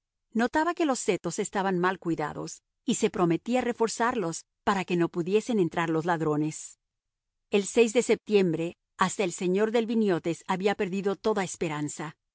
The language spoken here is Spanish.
notaba que los setos estaban mal cuidados y se prometía reforzarlos para que no pudiesen entrar los ladrones el de septiembre hasta el señor delviniotis había perdido toda esperanza